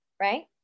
right